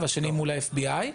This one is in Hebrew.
והשני נחתם מול ה-FBI,